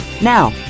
Now